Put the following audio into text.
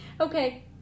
okay